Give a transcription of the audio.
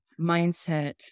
mindset